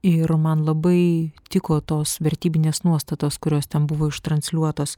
ir man labai tiko tos vertybinės nuostatos kurios ten buvo ištransliuotos